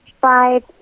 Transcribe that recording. five